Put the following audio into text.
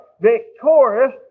victorious